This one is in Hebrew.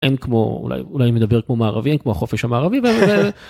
אין כמו אולי אולי מדבר כמו מערבי אין כמו החופש המערבי.